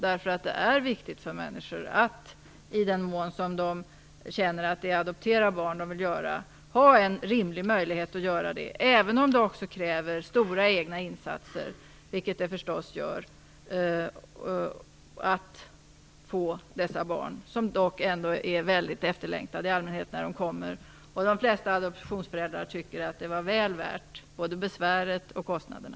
Det är viktigt att människor, i den mån som de känner att de vill adoptera barn, har en rimlig möjlighet att göra det, även om det kräver stora egna insatser att få dessa barn. Barnen är dock i allmänhet väldigt efterlängtade när de kommer. De flesta adoptivföräldrar tycker också att det var väl värt både besväret och kostnaderna.